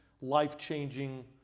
life-changing